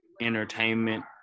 entertainment